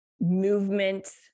movement